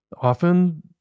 Often